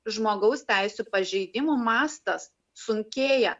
žmogaus teisių pažeidimų mastas sunkėja